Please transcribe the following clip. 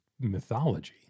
mythology